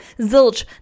Zilch